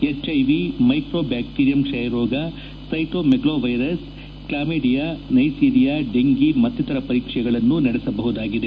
HIV ಮ್ಲೆಕ್ಡೋ ಬ್ಲಾಕ್ಷೀರಿಯಂ ಕ್ಷಯರೋಗ ಸ್ಕೆಟೋಮಗ್ಲೋವ್ಲೆರಸ್ ಕ್ಲಾಮ್ಲೆಡಿಯಾ ನ್ಲೆಸೀರಿಯಾ ಡೆಂಭಿ ಮತ್ತಿತರ ಪರೀಕ್ಷೆಗಳನ್ನು ನಡೆಸಬಹುದಾಗಿದೆ